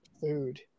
food